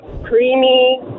creamy